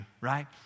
right